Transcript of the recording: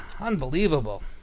unbelievable